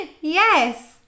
yes